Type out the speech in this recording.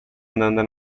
andando